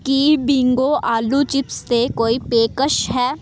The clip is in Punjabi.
ਕੀ ਬਿੰਗੋ ਆਲੂ ਚਿਪਸ 'ਤੇ ਕੋਈ ਪੇਸ਼ਕਸ਼ ਹੈ